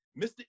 Mr